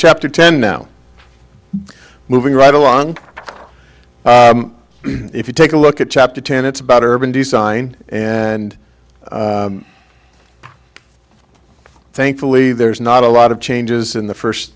chapter ten now moving right along if you take a look at chapter ten it's about urban design and thankfully there's not a lot of changes in the first